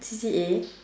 C_C_A